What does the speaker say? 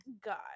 God